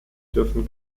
dürfen